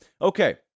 Okay